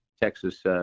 Texas